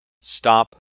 stop